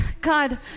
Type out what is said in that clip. God